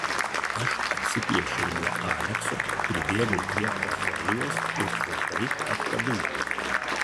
aš atsiplėšiau nuo alekso pribėgau prie ofelijos ir tvirtai apkabinau